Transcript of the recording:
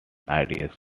ideas